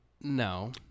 No